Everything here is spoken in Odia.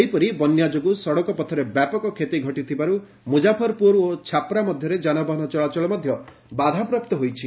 ସେହିପରି ବନ୍ୟା ଯୋଗୁଁ ସଡ଼କ ପଥରେ ବ୍ୟାପକ କ୍ଷତି ଘଟିଥିବାରୁ ମୁଜାଫରପୁର ଓ ଛାପ୍ରା ମଧ୍ୟରେ ଯାନବାହନ ଚଳାଚଳ ମଧ୍ୟ ବାଧାପ୍ରାପ୍ତ ହୋଇଛି